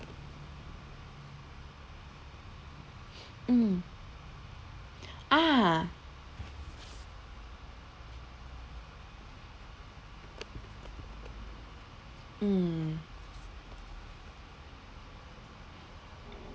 mm ah mm